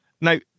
Now